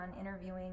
interviewing